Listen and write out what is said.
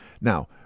Now